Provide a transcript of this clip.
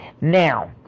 Now